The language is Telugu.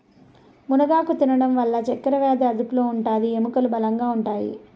మునగాకు తినడం వల్ల చక్కరవ్యాది అదుపులో ఉంటాది, ఎముకలు బలంగా ఉంటాయి